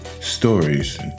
Stories